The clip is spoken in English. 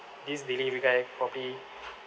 this delivery guy probably